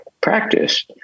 practice